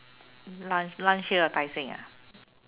lunch lunch here Tai-Seng ah